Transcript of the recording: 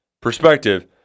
perspective